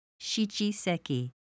shichiseki